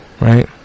right